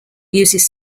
uses